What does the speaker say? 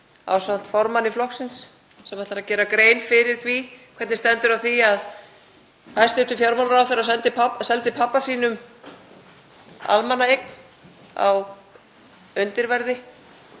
ásamt formanni flokksins sem ætlar að gera grein fyrir því hvernig stendur á því að hæstv. fjármálaráðherra seldi pabba sínum almannaeign á undirverði.